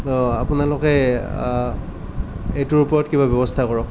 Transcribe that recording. আপোনালোকে এইটোৰ ওপৰত কিবা ব্যৱস্থা কৰক